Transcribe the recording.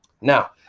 now